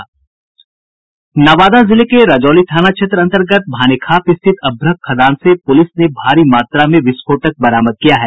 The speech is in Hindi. नवादा जिले के रजौली थाना अंतर्गत भानेखाप स्थित अभ्रक के खदान से पुलिस ने भारी मात्रा में विस्फोटक बरामद किया है